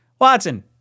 watson